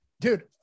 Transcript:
dude